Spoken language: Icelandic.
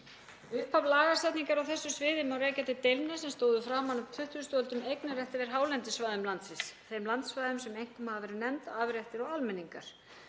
Upphaf lagasetningar á þessu sviði má rekja til deilna sem stóðu framan af 20. öldinni um eignarrétt yfir hálendissvæðum landsins, þeim landsvæðum sem einkum hafa verið nefnd afréttir og almenningar.